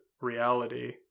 reality